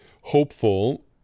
hopeful